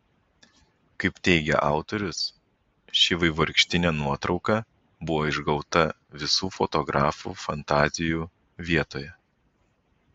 kaip teigia autorius ši vaivorykštinė nuotrauka buvo išgauta visų fotografų fantazijų vietoje